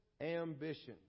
ambition